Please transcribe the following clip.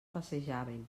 passejaven